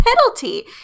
penalty